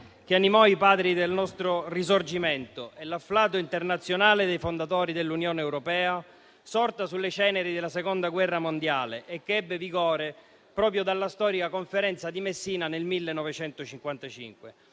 che animò i Padri del nostro Risorgimento e l'afflato internazionale dei fondatori dell'Unione europea, sorta sulle ceneri della seconda guerra mondiale e che ebbe vigore proprio dalla storica Conferenza di Messina del 1955.